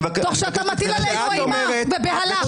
תוך שאתה מטיל עלינו אימה ובהלה.